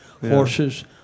Horses